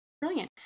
Brilliant